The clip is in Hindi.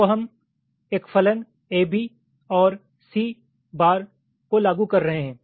तो हम एक फलन ab ∨ c को लागू कर रहे हैं